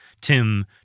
Tim